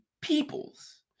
peoples